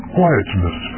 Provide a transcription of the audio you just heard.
quietness